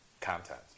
content